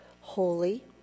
holy